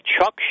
Chuck